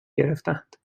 گرفتند